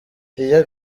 iyo